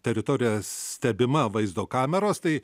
teritorija stebima vaizdo kameros tai